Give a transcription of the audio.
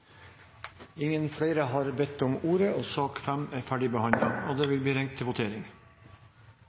Ingen har bedt om ordet til dette, og det anses vedtatt. Presidenten vil